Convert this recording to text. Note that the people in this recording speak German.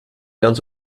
ganz